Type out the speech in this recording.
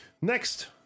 Next